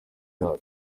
yayo